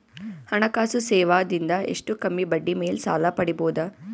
ಹಣಕಾಸು ಸೇವಾ ದಿಂದ ಎಷ್ಟ ಕಮ್ಮಿಬಡ್ಡಿ ಮೇಲ್ ಸಾಲ ಪಡಿಬೋದ?